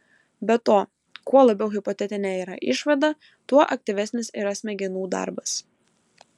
be to kuo labiau hipotetinė yra išvada tuo aktyvesnis yra smegenų darbas